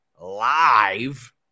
Live